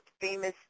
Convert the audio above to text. famous